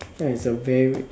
ya is a very